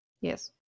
Yes